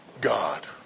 God